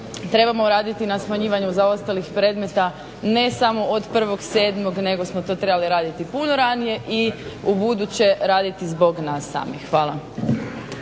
trebamo raditi na smanjivanju zaostalih predmeta ne samo od 1.07. nego smo to trebali raditi i puno ranije i ubuduće raditi zbog nas samih. Hvala.